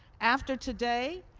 after today,